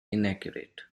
inaccurate